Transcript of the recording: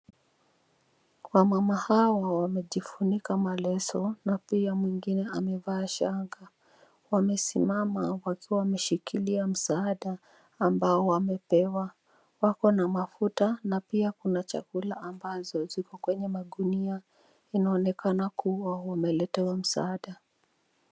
Wamama hawa wamejifunika maleso, na pia mwingine amevaa shanga. Wamesimama wakiwa wameshikilia msaada ambao wamepewa. Wakona mafuta, na pia kuna chakula ambazo ziko kwenye magunia, yanaonekana kuwa wameletewa msaada.